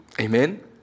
Amen